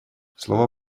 слово